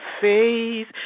faith